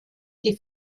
die